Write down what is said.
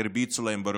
הרביצו להם ברחובות.